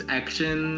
action